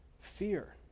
Fear